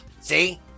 see